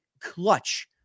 clutch